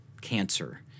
cancer